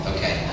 Okay